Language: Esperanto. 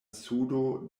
sudo